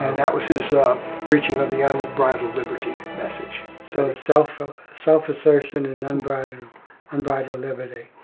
that was his preaching of the unbridled liberty message. so self ah self assertion and unbridled unbridled liberty.